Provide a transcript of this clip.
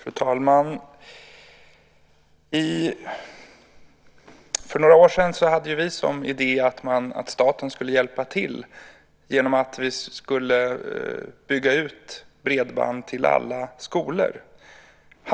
Fru talman! För några år sedan hade vi som idé att staten skulle hjälpa till genom att vi skulle bygga ut bredband till alla skolor.